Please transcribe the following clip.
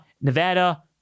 Nevada